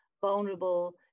vulnerable